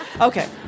Okay